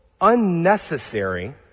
unnecessary